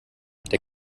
der